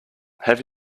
have